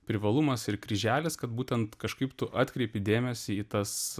privalumas ir kryželis kad būtent kažkaip tu atkreipi dėmesį į tas